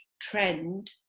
trend